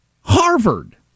Harvard